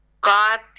God